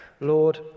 Lord